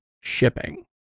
shipping